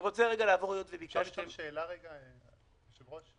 אפשר לשאול שאלה רגע, היושב-ראש?